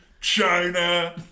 CHINA